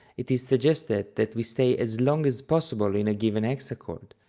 it is suggested that we stay as long as possible in a given hexachord,